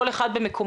כל אחד במקומו.